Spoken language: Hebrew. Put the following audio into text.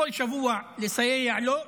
כל שבוע לסייע לו,